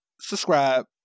subscribe